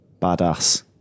badass